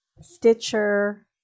stitcher